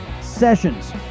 Sessions